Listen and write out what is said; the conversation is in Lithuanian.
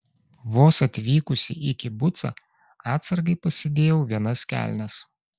vos atvykusi į kibucą atsargai pasidėjau vienas kelnes